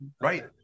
Right